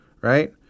Right